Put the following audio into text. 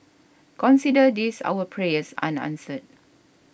consider this our prayers unanswered